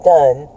done